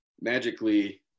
magically